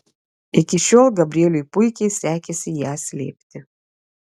iki šiol gabrieliui puikiai sekėsi ją slėpti